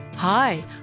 Hi